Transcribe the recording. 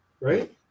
right